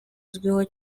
uzwiho